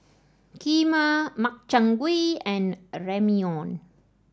Kheema Makchang Gui and Ramyeon